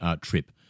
trip